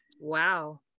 wow